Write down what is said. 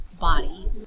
body